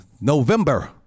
november